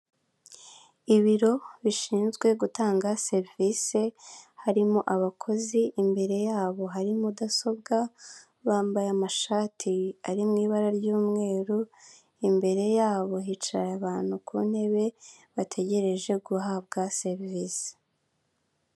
Ibiro bishinzwe gutanga serivisi, harimo abakozi imbere yabo hari mudasobwa, bambaye amashati ari mu ibara ry'umweru, imbere yabo hicaye abantu ku ntebe, bategereje guhabwa serivisi.